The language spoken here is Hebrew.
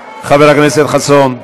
חבר הכנסת חסון.